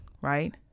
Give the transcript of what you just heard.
right